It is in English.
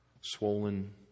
Swollen